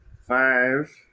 five